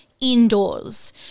indoors